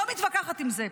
אני לא מתווכחת עם זה.